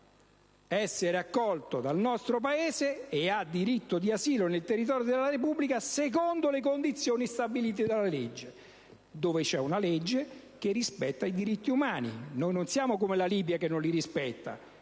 essere accolto dal nostro Paese e «ha diritto d'asilo nel territorio della Repubblica, secondo le condizioni stabilite dalla legge». In Italia c'è una legge che rispetta i diritti umani; noi non siamo la Libia che non li rispetta,